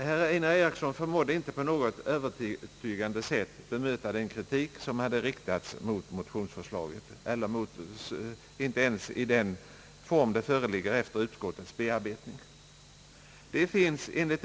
Han förmådde inte på något övertygande sätt bemöta den kritik som hade riktats mot motionsförslaget i den form det fått efter utskottets bearbetning.